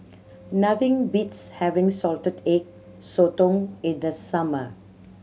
nothing beats having Salted Egg Sotong in the summer